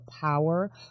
power